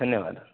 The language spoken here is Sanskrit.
धन्यवादः